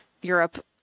europe